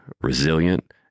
resilient